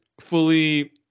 fully